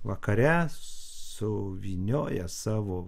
vakare suvynioja savo